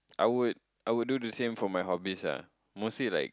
I would I would do the same for my hobbies ah mostly like